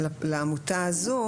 אז במקרה של שלוש רצוף.